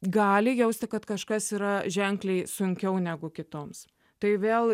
gali jausti kad kažkas yra ženkliai sunkiau negu kitoms tai vėl